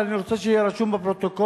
ואני רוצה שיהיה רשום בפרוטוקול: